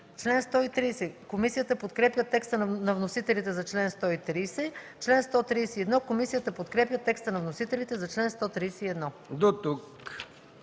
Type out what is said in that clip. чл. 136. Комисията подкрепя текста на вносителите за чл. 137. Комисията подкрепя текста на вносителите за чл. 138.